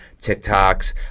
TikToks